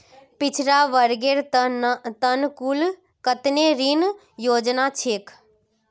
पिछड़ा वर्गेर त न कुल कत्ते ऋण योजना छेक